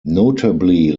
notably